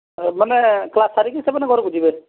ମାନେ କ୍ଲାସ ସାରିକି ସେମାନେ ଘରକୁ ଯିବେ